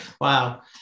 Wow